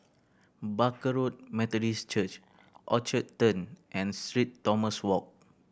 Barker Road Methodist Church Orchard Turn and Street Thomas Walk